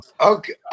okay